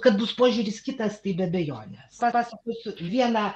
kad bus požiūris kitas tai be abejonės papasakosiu vieną